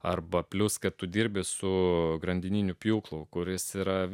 arba plius kad tu dirbi su grandininiu pjūklu kuris yra